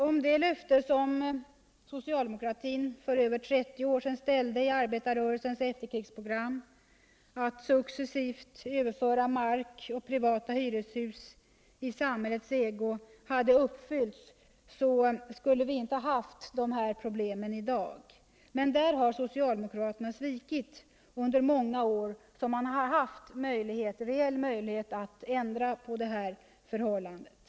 Om det löfte som socialdemokratin för över 30 år sedan ställde i arbetarrörelsens efterkrigsprogram — att successivt överföra mark och privata hyreshus i samhällets ägo — hade uppfyllts skulle vi inte haft dessa problem i dag. Men där har socialdemokratin svikit under de många år som den haft reell möjlighet att ändra på de här förhållandena.